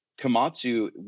Komatsu